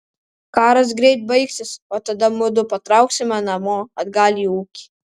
karas greit baigsis o tada mudu patrauksime namo atgal į ūkį